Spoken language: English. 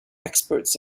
experts